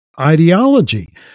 ideology